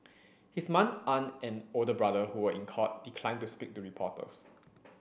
his aunt and older brother who were in court declined to speak to reporters